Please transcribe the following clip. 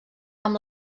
amb